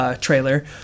trailer